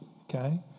okay